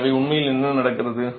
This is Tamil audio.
எனவே உண்மையில் என்ன நடக்கிறது